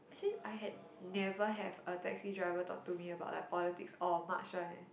actually I had never have a taxi driver talk to me about like politics or much one eh